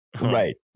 Right